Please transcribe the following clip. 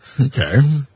Okay